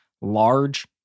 large